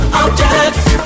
objects